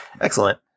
Excellent